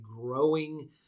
growing